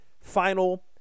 final